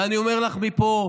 ואני אומר לך מפה,